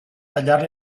tallar